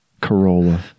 Corolla